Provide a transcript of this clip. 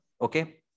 okay